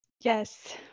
yes